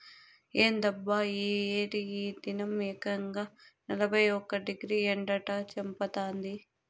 ఏందబ్బా ఈ ఏడి ఈ దినం ఏకంగా నలభై ఒక్క డిగ్రీ ఎండట చంపతాంది